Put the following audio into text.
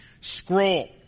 scroll